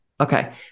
Okay